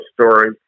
story